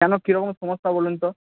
কেনো কীরকম সমস্যা বলুন তো